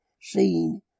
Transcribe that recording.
seen